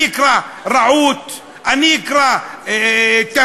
אני אקרא רָעוּת,